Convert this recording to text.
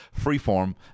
freeform